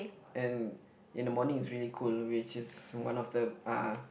then in the morning it's really cold which is one of the uh